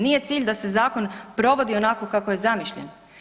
Nije cilj da se zakon provodi onako kako je zamišljen.